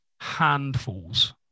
Handfuls